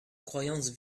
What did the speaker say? croyance